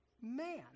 man